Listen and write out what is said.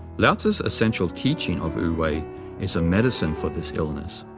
lao-tzu's essential teaching of wu-wei is a medicine for this illness.